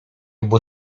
byl